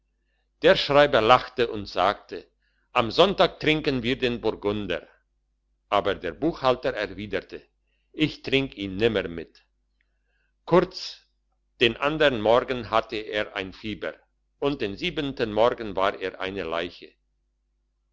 der schreiber lachte und sagte am sonntag trinken wir den burgunder aber der buchhalter erwiderte ich trink ihn nimmer mit kurz den andern morgen hatte er ein fieber und den siebenten morgen war er eine leiche